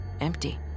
Empty